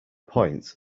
point